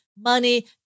money